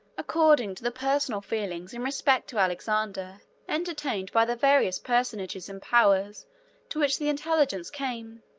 according to the personal feelings in respect to alexander entertained by the various personages and powers to which the intelligence came.